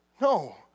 No